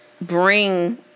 bring